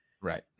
right